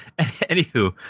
Anywho